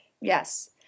Yes